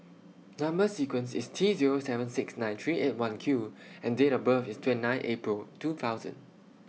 Number sequence IS T Zero seven six nine three eight one Q and Date of birth IS twenty nine April two thousand